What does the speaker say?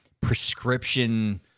prescription